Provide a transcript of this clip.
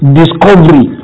discovery